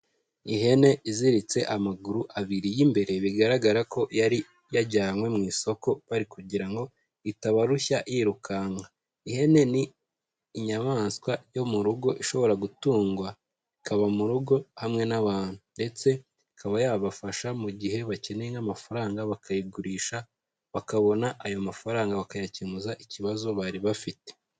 Ihene iziritse amaguru abiri y'imbere bigaragara ko yari yajyanywe mu isoko bari kugira ngo itabarushya yirukanka. Ihene ni inyamaswa yo mu rugo ishobora gutungwa ikaba mu rugo hamwe n'abantu, ndetse ikaba yabafasha mu gihe bakeneye n'amafaranga bakayigurisha bakabona ayo mafaranga bakayakemuza ikibazo bari bafite.